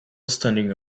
standing